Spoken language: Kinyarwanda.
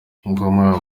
ngoma